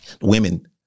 Women